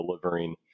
delivering